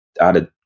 added